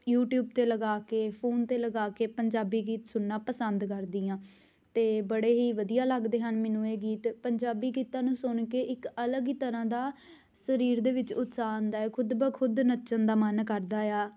YouTube 'ਤੇ ਲਗਾ ਕੇ ਫੋਨ 'ਤੇ ਲਗਾ ਕੇ ਪੰਜਾਬੀ ਗੀਤ ਸੁਣਨਾ ਪਸੰਦ ਕਰਦੀ ਹਾਂ ਅਤੇ ਬੜੇ ਹੀ ਵਧੀਆ ਲੱਗਦੇ ਹਨ ਮੈਨੂੰ ਇਹ ਗੀਤ ਪੰਜਾਬੀ ਗੀਤਾਂ ਨੂੰ ਸੁਣ ਕੇ ਇੱਕ ਅਲੱਗ ਹੀ ਤਰ੍ਹਾਂ ਦਾ ਸਰੀਰ ਦੇ ਵਿੱਚ ਉਤਸ਼ਾਹ ਆਉਂਦਾ ਹੈ ਖੁਦ ਬਖੁਦ ਨੱਚਣ ਦਾ ਮਨ ਕਰਦਾ ਆ